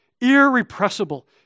irrepressible